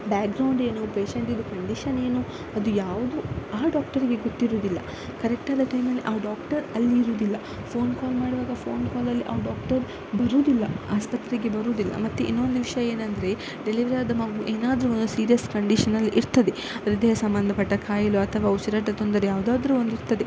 background ಏನು ಪೇಶೆಂಟಿದ್ದು condition ಏನು ಅದು ಯಾವುದೂ ಆ ಡಾಕ್ಟರ್ಗೆ ಗೊತ್ತಿರುವುದಿಲ್ಲ ಕರೆಕ್ಟಾದ ಟೈಮಲ್ಲಿ ಆ ಡಾಕ್ಟರ್ ಅಲ್ಲಿರುವುದಿಲ್ಲ ಫೋನ್ ಕಾಲ್ ಮಾಡುವಾಗ ಫೋನ್ ಕಾಲಲ್ಲಿ ಆ ಡಾಕ್ಟರ್ ಬರುವುದಿಲ್ಲ ಆಸ್ಪತ್ರೆಗೆ ಬರುವುದಿಲ್ಲ ಮತ್ತು ಇನ್ನೊಂದು ವಿಷಯ ಏನಂದರೆ ಡೆಲಿವ್ರಿ ಆದ ಮಗು ಏನಾದರೂ ಒಂದು ಸೀರಿಯಸ್ ಕಂಡೀಷನಲ್ಲಿ ಇರ್ತದೆ ಹೃದಯ ಸಂಬಂಧಪಟ್ಟ ಖಾಯಿಲೆ ಅಥವಾ ಉಸಿರಾಟ ತೊಂದರೆ ಯಾವ್ದಾದರೂ ಒಂದಿರ್ತದೆ